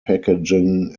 packaging